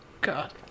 God